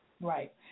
Right